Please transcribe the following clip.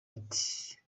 ati